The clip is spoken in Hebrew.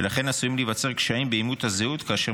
ולכן עשויים להיווצר קשיים באימות הזהות כאשר